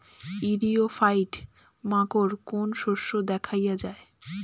ইরিও ফাইট মাকোর কোন শস্য দেখাইয়া যায়?